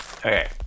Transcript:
Okay